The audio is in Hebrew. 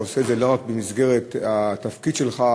אתה עושה את זה לא רק במסגרת התפקיד שלך,